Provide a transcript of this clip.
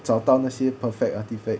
找到那些 perfect artifact